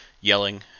yelling